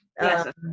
Yes